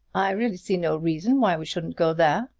i really see no reason why we shouldn't go there,